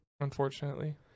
Unfortunately